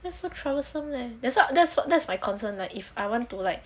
this so troublesome leh that's what that's what that's my concern like if I want to like